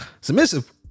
Submissive